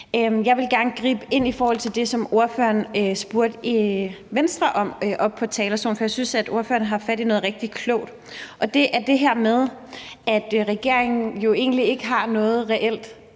Jeg vil gerne gribe fat i det, som ordføreren spurgte Venstre om oppe på talerstolen, for jeg synes, at ordføreren har fat i noget rigtig klogt. Det er det her med, at regeringen jo egentlig ikke har noget reelt